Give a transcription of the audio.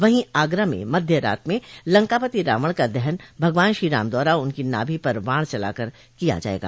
वहीं आगरा में मध्य रात में लंकापति रावण का दहन भगवान श्री राम द्वारा उनकी नाभि पर वाण चलाकर किया जायेगा